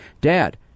Dad